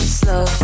slow